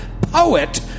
Poet